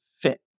fit